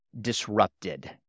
disrupted